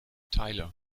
tyler